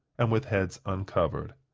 and with heads uncovered.